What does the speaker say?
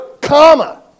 comma